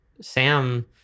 Sam